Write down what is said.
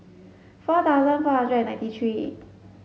four thousand four hundred and ninety three